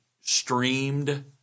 streamed